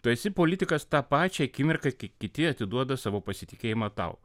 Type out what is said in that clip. tu esi politikas tą pačią akimirką kai kiti atiduoda savo pasitikėjimą tau